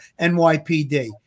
NYPD